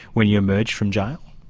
when you emerged from jail?